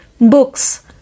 books